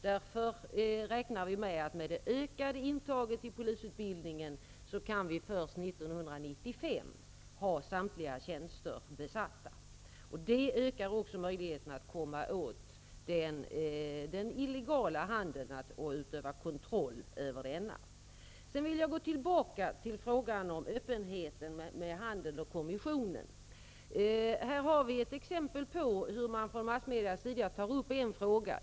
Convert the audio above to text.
Därför räknar vi med att vi, med det ökade intaget i polisutbildningen, först 1995 kan ha samtliga tjänster besatta. Det ökar också möjligheterna att komma åt den illegala handeln och utöva kontroll över den. Sedan vill jag gå tillbaka till frågan om öppenhet gentemot handeln och om kommissionen. Här har vi ett exempel på hur man från massmedias sida tar upp en fråga.